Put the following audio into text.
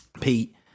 Pete